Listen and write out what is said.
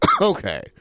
Okay